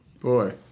Boy